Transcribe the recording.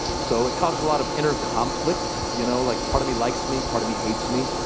so it causes a lot of inner conflict, you know, like part of me likes me, part of me hates me.